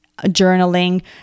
journaling